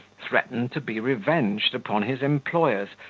threatened to be revenged upon his employers,